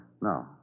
No